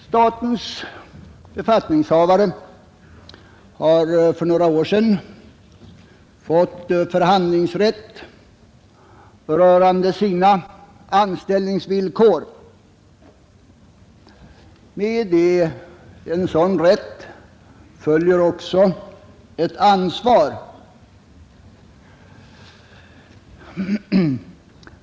Statens befattningshavare har för några år sedan fått förhandlingsrätt rörande sina anställningsvillkor. Med en sådan rätt följer också ett ansvar.